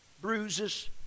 bruises